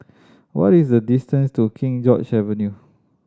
what is the distance to King George Avenue